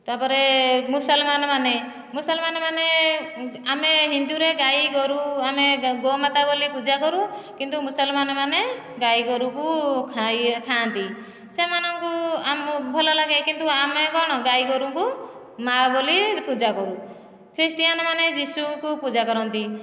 ତାପରେ ମୁସଲମାନମାନେ ମୁସଲମାନ ମାନେ ଆମେ ହିନ୍ଦୁରେ ଗାଈ ଗୋରୁ ଆମେ ଗଗୋମାତା ବୋଲି ପୂଜା କରୁ କିନ୍ତୁ ମୁସଲମାନ ମାନେ ଗାଈ ଗୋରୁକୁ ଖାଇ ଖାଆନ୍ତି ସେମାନଙ୍କୁ ଆମ ଭଲ ଲାଗେ କିନ୍ତୁ ଆମେ କଣ ଗାଈ ଗୋରୁଙ୍କୁ ମା ବୋଲି ପୂଜା କରୁ ଖ୍ରୀଷ୍ଟିଆନ ମାନେ ଯୀଶୁଙ୍କୁ ପୂଜା କରନ୍ତି